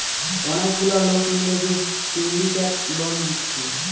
অনেক গুলা লোক মিলে যে সিন্ডিকেট লোন দিচ্ছে